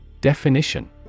Definition